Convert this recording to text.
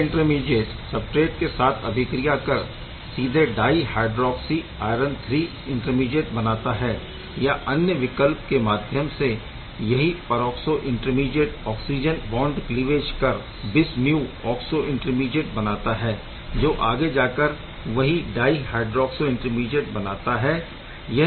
यह intermediate substrate के साथ अभिक्रिया कर सीधे di hydroxy iron III intermediate बनाता है या अन्य विकल्प के माध्यम से यही peroxo intermediate oxygen bond cleavage कर बिस म्यू ऑक्सो इंटरमीडीएट बनाता है जो आगे जाकर वही डाय हायड्रोक्सो इंटरमीडीएट बनाता है